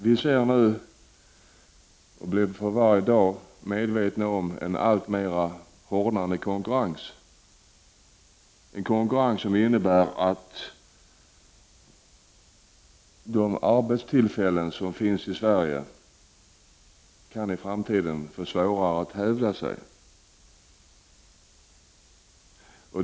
Vi ser nu en konkurrens som för varje dag blir allt hårdare, en konkurrens som innebär att de arbetstillfällen som finns i Sverige i framtiden kan få svårare att hävda sig.